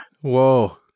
Whoa